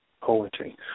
poetry